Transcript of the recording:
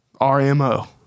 RMO